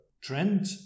trend